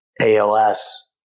ALS